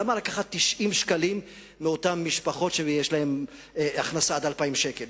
למה לקחת 90 שקלים ממשפחות שיש להן הכנסה עד 2,000 שקל?